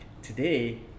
Today